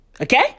Okay